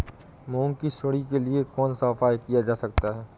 मूंग की सुंडी के लिए कौन सा उपाय किया जा सकता है?